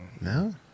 No